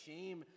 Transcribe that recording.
shame